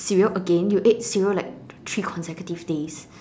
cereal again you ate cereal like three consecutive days